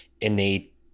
innate